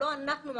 לא אנחנו,